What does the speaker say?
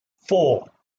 four